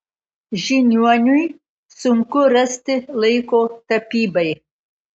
žiniuoniui sunku rasti laiko tapybai